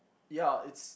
yeah it's